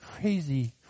crazy